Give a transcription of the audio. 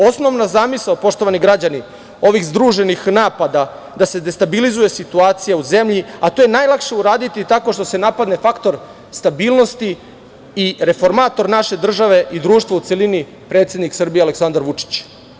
Osnovna zamisao poštovani građani ovih združenih napada, da se destabilizuje situacija u zemlji, a to je najlakše uraditi tako što se napadne faktor stabilnosti i reformator naše države i društva u celini, predsednik Srbije, Aleksandar Vučić.